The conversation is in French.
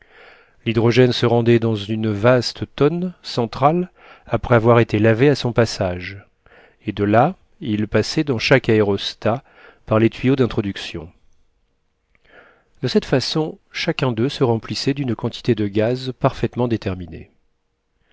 l'hydrogène se rendait dans une vaste tonne centrale après avoir été lavé à son passage et de là il passait dans chaque aérostat par les tuyaux d'introduction de cette façon chacun d'eux se remplissait dune quantité de gaz parfaitement déterminée